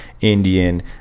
Indian